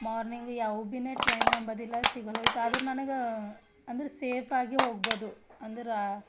morning ಯಾವ ಭೀನೆ train ಅಂಬೋದಿಲ್ಲ ಸಿಗಲ್ಲೋಯ್ತ ಆದ್ರೆ ನನಗೆ ಅಂದ್ರೆ ಸೇಫ್ ಆಗಿ ಹೋಗ್ಬೋದು ಅಂದ್ರೆ